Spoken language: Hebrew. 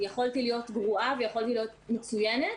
יכולתי להיות גרועה ויכולתי להיות מצוינת